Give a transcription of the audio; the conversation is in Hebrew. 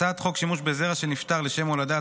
הצעת חוק שימוש בזרע של נפטר לשם הולדה,